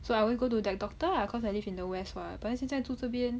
so I will go to the doctor ah cause I live in the west [what] but then 现在住这边